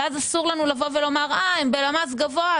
אסור לנו לומר שאם הם במצב סוציו-אקונומי גבוה,